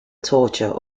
torture